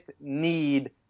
need